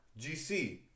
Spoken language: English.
GC